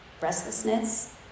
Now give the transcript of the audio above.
restlessness